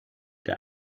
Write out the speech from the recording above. der